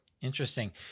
Interesting